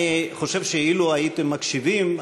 אני חושב שאילו הייתם מקשיבים,